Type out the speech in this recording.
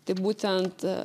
tai būtent